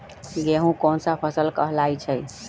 गेहूँ कोन सा फसल कहलाई छई?